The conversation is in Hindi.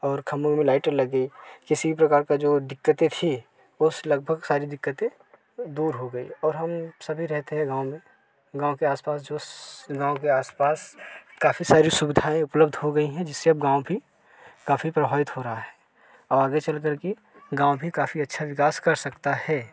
और खंबो में लाइटे लग गई किसी भी प्रकार जो दिक्कते थी उस लगभग सारी दिक्कते दूर हो गई और हम सभी रहते हैं गाँव में गाँव के आसपास जोस गाँव के आसपास काफ़ी सारी सुविधाएँ उपलब्ध हो गईं हैं जिससे अब गाँव भी काफी प्रभावित हो रहा है और आगे चल करके गाँव भी काफ़ी अच्छा विकास कर सकता है